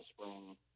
spring